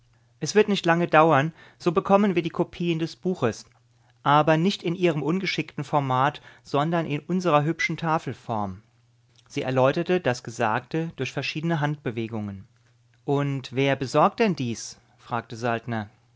es wird nicht lange dauern so bekommen wir die kopien des buches aber nicht in ihrem ungeschickten format sondern in unserer hübschen tafelform sie erläuterte das gesagte durch verschiedene handbewegungen und wer besorgt denn dies fragte